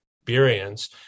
experience